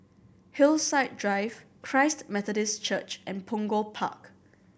Hillside Drive Christ Methodist Church and Punggol Park